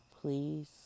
Please